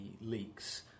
leaks